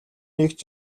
эгч